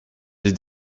les